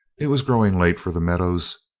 it was growing late for the meadows.